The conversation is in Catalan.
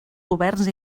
governs